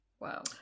Wow